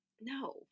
No